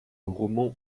roman